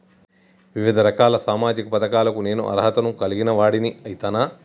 వివిధ రకాల సామాజిక పథకాలకు నేను అర్హత ను కలిగిన వాడిని అయితనా?